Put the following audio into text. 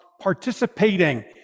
participating